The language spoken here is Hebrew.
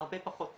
הרבה פחות תנגודת.